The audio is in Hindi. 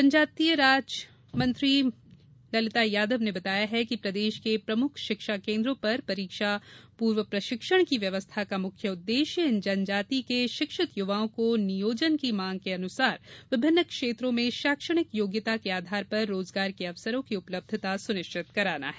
जनजाति राज्य मंत्री ललिता यादव ने बताया है कि प्रदेश के प्रमुख शिक्षा केन्द्रों पर परीक्षा पूर्व प्रशिक्षण की व्यवस्था का मुख्य उद्देश्य इन जनजाति के शिक्षित युवाओं को नियोजन की मांग के अनुसार विभिन्न क्षेत्रों में शैक्षणिक योग्यता के आधार पर रोजगार के अवसरों की उपलब्धता सुनिश्चित कराना है